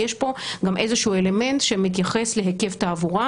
יש פה גם איזשהו אלמנט שמתייחס להיקף תעבורה,